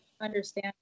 understand